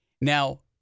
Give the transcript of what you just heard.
Now